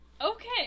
Okay